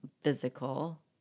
physical